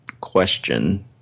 question